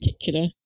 particular